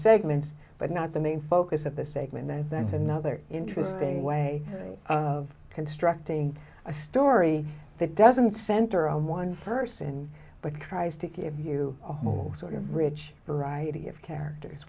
segments but not the main focus of the segment though that's another interesting way of constructing a story that doesn't center on one person but tries to give you a whole sort of rich variety of characters